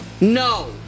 No